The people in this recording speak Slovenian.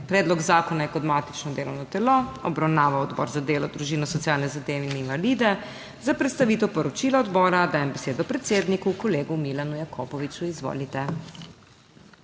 Predlog zakona je kot matično delovno telo obravnaval Odbor za delo, družino, socialne zadeve in invalide. Za predstavitev poročila odbora dajem besedo predsedniku, kolegu Milanu Jakopoviču, izvolite.